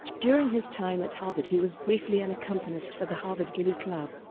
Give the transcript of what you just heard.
during his time at harvard he was briefly an accompanist for the harvard glee club.